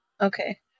Okay